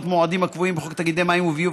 מועדים הקבועים בחוק תאגידי מים וביוב,